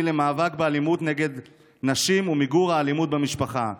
למאבק באלימות נגד נשים ולמיגור האלימות במשפחה.